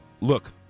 look